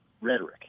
rhetoric